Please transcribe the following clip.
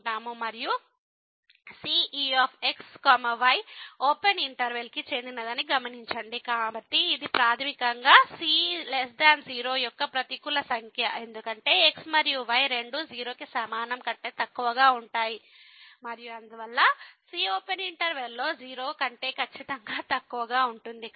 మరియు c ex y open interval కి చెందినదని గమనించండి కాబట్టి ఇది ప్రాథమి కంగా c0 యొక్క ప్రతికూల సంఖ్య ఎందుకంటే x మరియు y రెండూ 0 కి సమానం కంటే తక్కువగా ఉంటాయి మరియు అందువల్ల c ఓపెన్ ఇంటర్వెల్ లో 0 కంటే ఖచ్చితంగా తక్కువగా ఉంటుంది